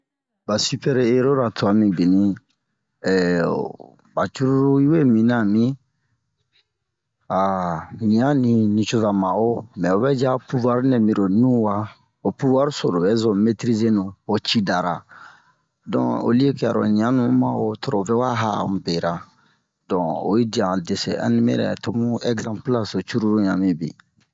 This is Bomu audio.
Ba supɛr-ero ra twa mibini ba cruru we mina a mi a ɲi'a ni nicoza ma'o mɛ o vɛ ji a puvu'ar nɛ miro nu wa ho puvu'ar so lo bɛ zun metrizenu ho cida ra don olie ke aro ɲa nu ma'o tora vɛ wa ha'a mu bera don oyi dia han desin-animerɛ to mu ekzanplura so cruru yan mibin